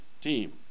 team